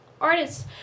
artists